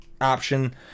option